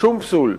שום פסול.